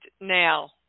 now